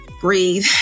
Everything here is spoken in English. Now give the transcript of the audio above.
breathe